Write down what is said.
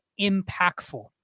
impactful